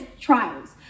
trials